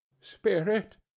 Spirit